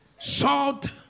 Salt